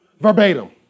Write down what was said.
verbatim